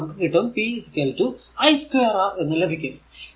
അപ്പോൾ അത് നമുക്ക് p i 2 R എന്ന് ലഭിക്കും